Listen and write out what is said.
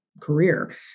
career